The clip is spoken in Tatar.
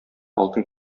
алтын